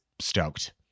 stoked